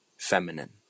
Feminine